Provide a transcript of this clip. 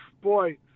boy